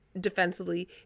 defensively